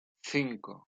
cinco